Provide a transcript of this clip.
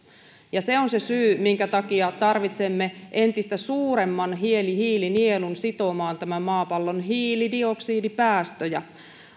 ja se on se syy minkä takia tarvitsemme entistä suuremman hiilinielun sitomaan tämän maapallon hiilidioksidipäästöjä